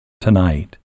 tonight